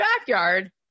backyard